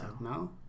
No